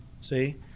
See